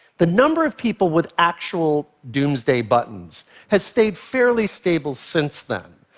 the number of people with actual doomsday buttons has stayed fairly stable since then.